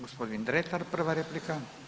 Gospodin Dretar prva replika.